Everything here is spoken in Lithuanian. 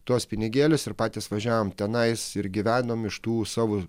tuos pinigėlius ir patys važiavom tenai ir gyvenom iš tų savo